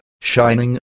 shining